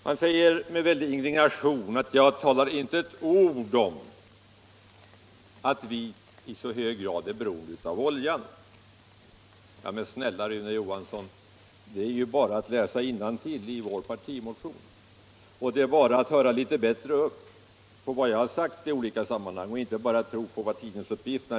Han säger med väldig indignation att jag talar inte ett ord om att vi i så hög grad är beroende av oljan. Ja, men snälla Rune Johansson, det är ju bara att läsa innantill i vår partimotion och att höra litet bättre upp på vad jag har sagt i olika sammanhang och inte bara tro på tidningarnas referat.